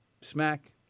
smack